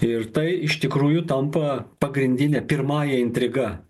ir tai iš tikrųjų tampa pagrindine pirmąja intriga